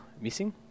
missing